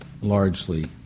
largely